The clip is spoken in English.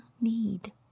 need